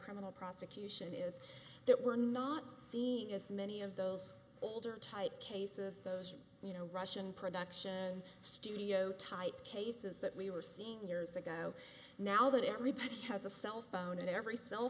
criminal prosecution is that we're not seeing as many of those older type cases those you know russian production studio type cases that we were seen years ago now that everybody has a cell phone and every cell